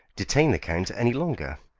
detain the count any longer,